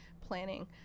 planning